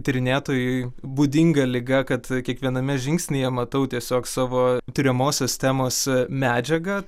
tyrinėtojui būdinga liga kad kiekviename žingsnyje matau tiesiog savo tiriamosios temos medžiagą